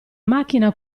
macchina